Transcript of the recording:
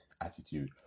attitude